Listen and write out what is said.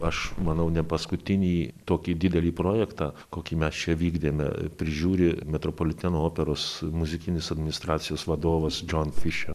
aš manau ne paskutinį tokį didelį projektą kokį mes čia vykdėme prižiūri metropoliteno operos muzikinis administracijos vadovas džon fišer